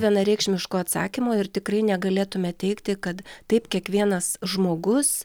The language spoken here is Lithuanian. vienareikšmiško atsakymo ir tikrai negalėtume teigti kad taip kiekvienas žmogus